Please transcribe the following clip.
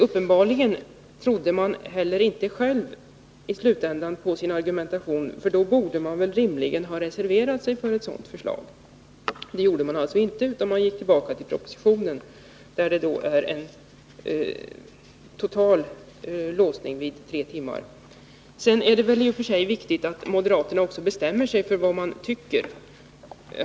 Uppenbarligen trodde man i slutskedet inte heller själv på sin argumentation, för då borde man rimligen ha reserverat sig för ett sådant förslag. Det gjorde man alltså inte, utan man gick tillbaka till propositionens förslag, som innebär en total låsning vid 3-timmarsregeln. I det här sammanhanget vill jag också säga att det i och för sig är viktigt att moderaterna bestämmer sig för vad de tycker.